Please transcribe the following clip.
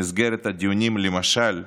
במסגרת הדיונים, למשל,